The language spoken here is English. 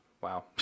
wow